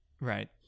Right